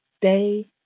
day